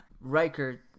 Riker